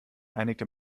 einigte